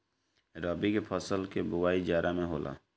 रबी के फसल कअ बोआई जाड़ा में होला